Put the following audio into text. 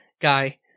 guy